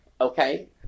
Okay